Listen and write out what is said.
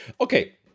okay